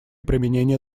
применения